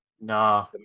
Nah